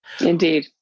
Indeed